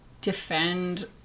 defend